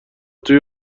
توی